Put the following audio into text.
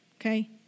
Okay